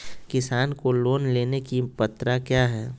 किसान को लोन लेने की पत्रा क्या है?